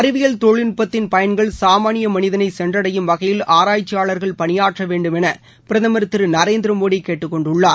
அறிவியல் தொழில்நுட்பத்தின் பயன்கள் சாமான்ய மனிதனை சென்றடையும் வகையில் ஆராய்ச்சியாளர்கள் பணியாற்ற வேண்டும் என பிரதமர் திரு நரேந்திர மோடி கேட்டுக்கொண்டுள்ளார்